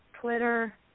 Twitter